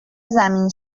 زمین